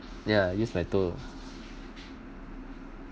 ya use my toe